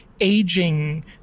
aging